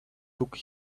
took